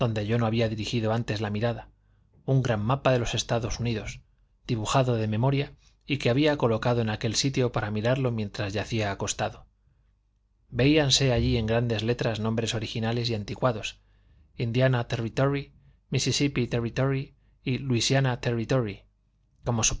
yo no había dirigido antes la mirada un gran mapa de los estados unidos dibujado de memoria y que había colocado en aquel sitio para mirarlo mientras yacía acostado veíanse allí en grandes letras nombres originales y anticuados indiana territory mississippi territory y louisiana territory como